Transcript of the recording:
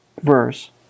Verse